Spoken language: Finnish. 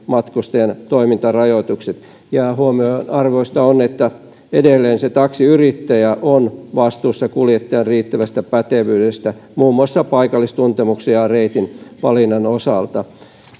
matkustajan toimintarajoitukset huomionarvoista on että edelleen taksiyrittäjä on vastuussa kuljettajan riittävästä pätevyydestä muun muassa paikallistuntemuksen ja reitin valinnan osalta